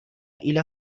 إلى